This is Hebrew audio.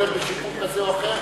יכול להיות בשיכון כזה או אחר,